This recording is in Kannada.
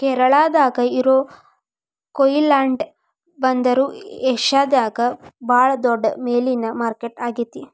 ಕೇರಳಾದಾಗ ಇರೋ ಕೊಯಿಲಾಂಡಿ ಬಂದರು ಏಷ್ಯಾದಾಗ ಬಾಳ ದೊಡ್ಡ ಮೇನಿನ ಮಾರ್ಕೆಟ್ ಆಗೇತಿ